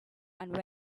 and